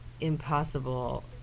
impossible